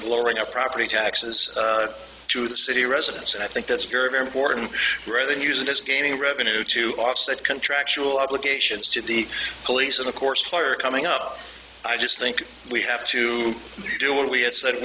patient lowering our property taxes to the city residents and i think that's very very important rather than use it as gaming revenue to offset contractual obligations to the police and of course fire coming up i just think we have to do what we had said